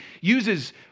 uses